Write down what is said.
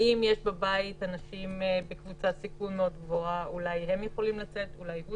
או האם יש בבית אנשים בקבוצת סיכון מאוד גבוהה --- אבל שלא יקרה שאתה